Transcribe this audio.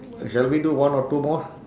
shall we do one or two more